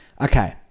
okay